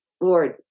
Lord